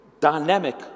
Dynamic